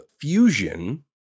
fusion